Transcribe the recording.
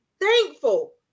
thankful